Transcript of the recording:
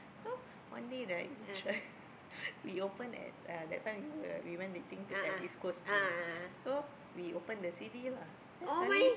so one day right we try we open at uh that time we were we went dating to at East-Coast you know so we open the C_D lah then sekali